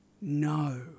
no